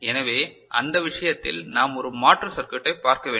எனவே அந்த விஷயத்தில் நாம் ஒரு மாற்று சர்க்யூட்டை பார்க்க வேண்டும்